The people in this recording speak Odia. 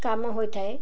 କାମ ହୋଇଥାଏ